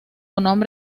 para